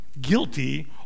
guilty